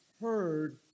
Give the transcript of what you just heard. heard